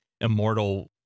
immortal